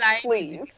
please